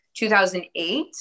2008